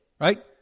right